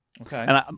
Okay